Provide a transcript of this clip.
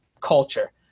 culture